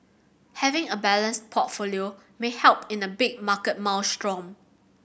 having a balanced portfolio may help in a big market maelstrom